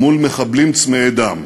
מול מחבלים צמאי דם: